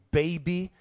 baby